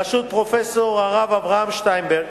בראשות פרופסור הרב אברהם שטיינברג,